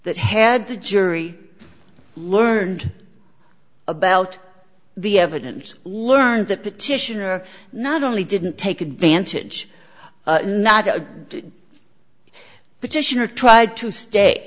that had the jury learned about the evidence learned that petitioner not only didn't take advantage not a petitioner tried to stay